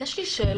יש לי שאלה.